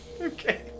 Okay